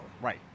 Right